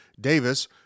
Davis